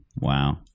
Wow